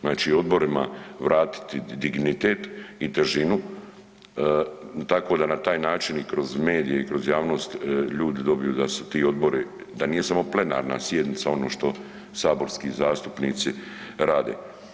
Znači odborima vratiti dignitet i težinu tako da na taj način i kroz medije i kroz javnost ljudi dobiju da su ti odbori da nije samo plenarna sjednica ono što saborski zastupnici rade.